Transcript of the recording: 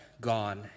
gone